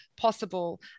possible